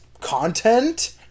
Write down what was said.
content